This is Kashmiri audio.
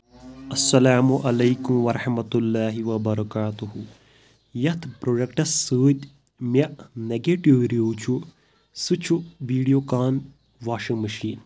اَسلام علیکُم ورحمتہ اللہ وبرکاتہٗ یَتھ پروڈَکٹس سۭتۍ مےٚ نَگیٹِو رِویو چھُ سُہ چھُ ویٖڈیو کان واشنگ مشین